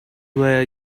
were